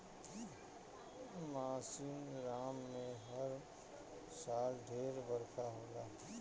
मासिनराम में हर साल ढेर बरखा होला